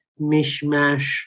mishmash